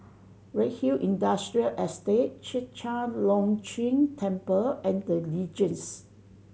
Redhill Industrial Estate Chek Chai Long Chuen Temple and The Legends